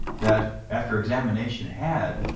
that, after examination had,